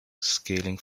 scaling